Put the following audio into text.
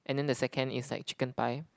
and then the second is like chicken pie